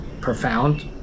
profound